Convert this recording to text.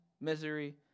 misery